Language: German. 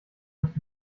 nicht